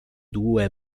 due